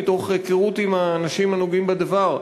מתוך היכרות עם האנשים הנוגעים בדבר,